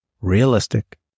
Realistic